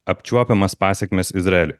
apčiuopiamas pasekmes izraeliui